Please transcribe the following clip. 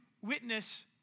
witness